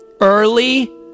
early